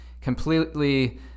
completely